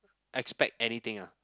expect anything lah